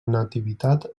nativitat